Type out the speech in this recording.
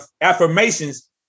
affirmations